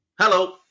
Hello